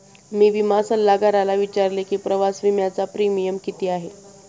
मी विमा सल्लागाराला विचारले की प्रवास विम्याचा प्रीमियम किती आहे?